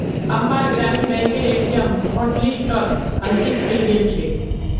अम्मार ग्रामीण बैंकेर ए.टी.एम हॉटलिस्टत अंकित हइ गेल छेक